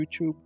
YouTube